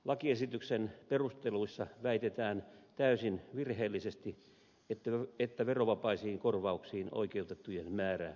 lakiesityksen perusteluissa väitetään täysin virheellisesti että verovapaisiin korvauksiin oikeutettujen määrä laajenee